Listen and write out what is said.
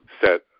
set